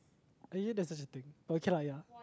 ya there's such a thing but okay lah ya